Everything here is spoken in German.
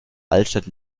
altstadt